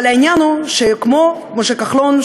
אבל העניין הוא שכמו משה כחלון,